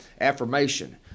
affirmation